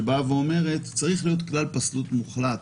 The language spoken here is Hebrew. מכבד אותה שאומרת שצריך להיות כלל פסלות מוחלט,